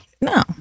No